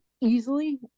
easily